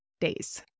days